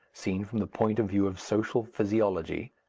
seen from the point of view of social physiology,